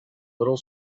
little